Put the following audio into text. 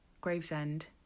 Gravesend